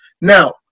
now